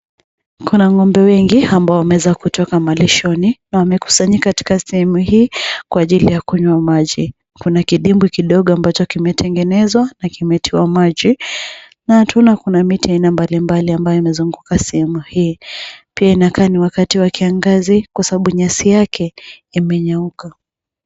Kuna ngombe wengi ambao wameweza kutoka malishoni na wamekusanyika katika sehemu hii kwa ajili ya kunywa maji. Kuna kidimbwi kidogo ambacho kimetengenezwa na kimetiwa maji na tunaona kuna miti ya aina mbali mbali mbayo yamezunguka sehemu hii. Pia inakaa ni wakati wa kiangazi kwasababu nyasi yake imenyauka.